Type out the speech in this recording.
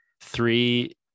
three